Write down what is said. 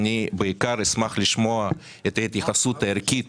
אשמח לשמוע את ההתייחסות הערכית